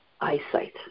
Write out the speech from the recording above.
eyesight